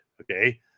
okay